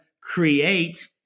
create